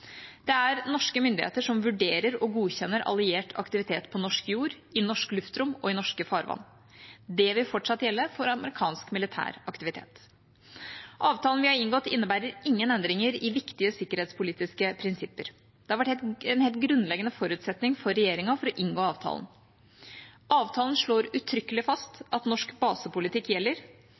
Det er norske myndigheter som vurderer og godkjenner alliert aktivitet på norsk jord, i norsk luftrom og i norske farvann. Det vil fortsatt gjelde for amerikansk militær aktivitet. Avtalen vi har inngått, innebærer ingen endringer i viktige sikkerhetspolitiske prinsipper. Det har vært en helt grunnleggende forutsetning for regjeringa for å inngå avtalen. Avtalen slår uttrykkelig fast at norsk basepolitikk gjelder.